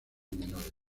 menores